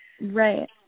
Right